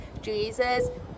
jesus